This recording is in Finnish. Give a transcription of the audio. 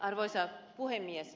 arvoisa puhemies